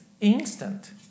instant